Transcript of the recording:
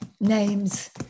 names